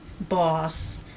boss